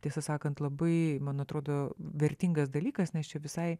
tiesą sakant labai man atrodo vertingas dalykas nes čia visai